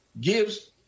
gives